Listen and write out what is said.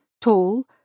tall